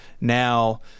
now